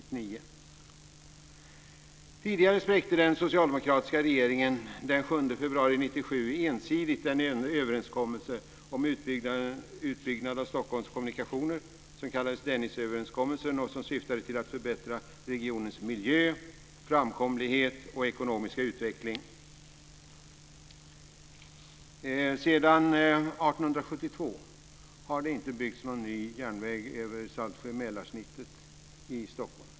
Tidigare spräckte den socialdemokratiska regeringen den 7 februari 1997 ensidigt den överenskommelse om utbyggnad av Stockholms kommunikationer som kallades Dennisöverenskommelsen och som syftade till att förbättra regionens miljö, framkomlighet och ekonomiska utveckling. Sedan 1872 har det inte byggts någon ny järnväg över Saltsjö-Mälar-snittet i Stockholm.